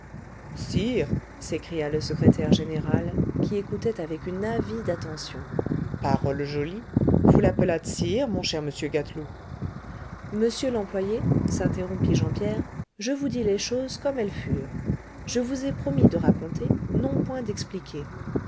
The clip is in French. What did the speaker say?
sire s'écria le secrétaire général qui écoutait avec une avide attention parole jolie vous l'appelâtes sire mon cher monsieur gâteloup monsieur l'employé s'interrompit jean pierre je vous dis les choses comme elles furent je vous ai promis de raconter non point d'expliquer